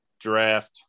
draft